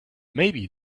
maybe